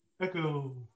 Echo